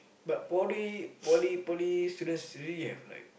but poly poly poly students really have like